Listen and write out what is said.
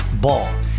Ball